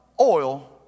oil